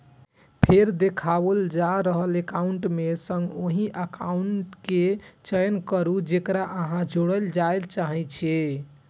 फेर देखाओल जा रहल एकाउंट मे सं ओहि एकाउंट केर चयन करू, जेकरा अहां जोड़य चाहै छी